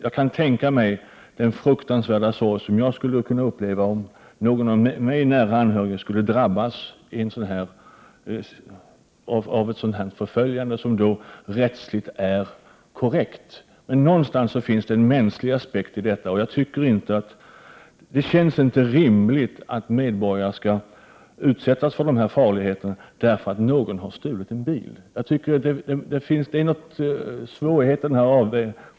Jag kan tänka mig den fruktansvärda sorg som jag skulle uppleva om någon nära anhörig till mig skulle drabbas av ett sådant förföljande — som rättsligt är korrekt. Någonstans finns det en mänsklig aspekt i det hela. Det känns inte rimligt att medborgarna skall utsättas för dessa farligheter när någon har stulit en bil.